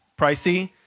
pricey